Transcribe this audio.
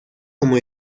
como